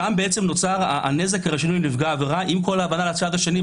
שם נוצר הנזק הראשוני לנפגע העבירה עם כל ההבנה לצד השני,